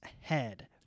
head